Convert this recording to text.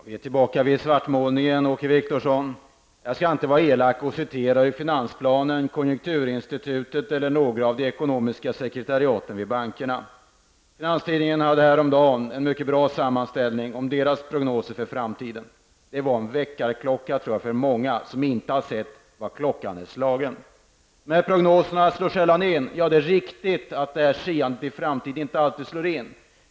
Herr talman! Vi är tillbaka vid svartmålningen, Åke Wictorsson. Jag skall inte vara elak och citera vad som sägs i finansplanen eller av konjunkturinstitutet eller några av de ekonomiska sekretariaten i bankerna. Finanstidningen hade häromdagen en mycket bra sammanställning av deras prognoser för framtiden. Det var en väckarklocka för många, som inte har sett vad klockan är slagen, tror jag. Men prognoserna slår sällan in, säger Åke Wictorsson. Det är riktigt att siandet om framtiden inte alltid slår in.